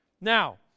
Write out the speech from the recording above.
Now